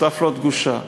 בתי"ו לא דגושה.